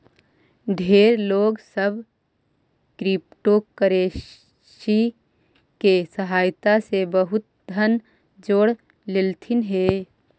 ढेर लोग सब क्रिप्टोकरेंसी के सहायता से बहुत धन जोड़ लेलथिन हे